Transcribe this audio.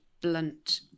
blunt